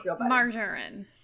margarine